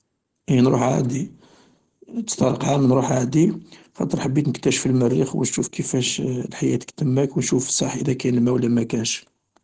نروح عادي، تستغرق عام نروح عادي خاطر حبيت نكتشف المريخ و إذا نشوف كيفاش لحياتك تماك و نشوف صح كاين الماء و لا مكانش